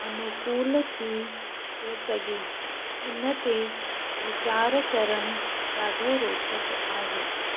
अनुकूल थी थो सघे इन ते वीचारु करणु ॾाढो रोचक आहे